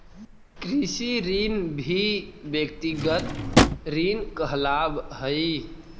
कृषि ऋण भी व्यक्तिगत ऋण कहलावऽ हई